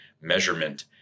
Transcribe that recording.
measurement